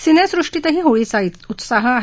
सिनेसृष्टीतही होळीचा उत्साह आहे